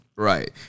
Right